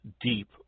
deep